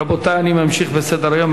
רבותי, אני ממשיך בסדר-היום.